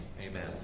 Amen